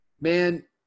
man